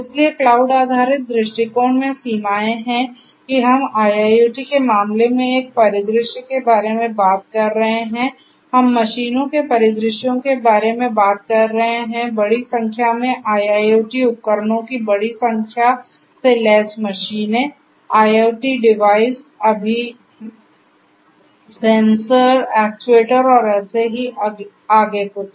इसलिए क्लाउड आधारित दृष्टिकोण में सीमाएं हैं कि हम IIoT के मामले में एक परिदृश्य के बारे में बात कर रहे हैं हम मशीनों के परिदृश्यों के बारे में बात कर रहे हैं बड़ी संख्या में IIoT उपकरणों की बड़ी संख्या से लैस मशीनें IoT डिवाइस अभी सेंसर एक्चुएटर और ऐसे ही आगे कुछ